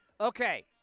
Okay